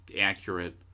accurate